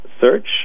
search